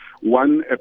one